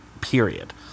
period